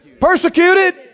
Persecuted